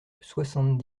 soixante